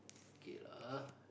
okay lah ah